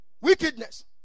Wickedness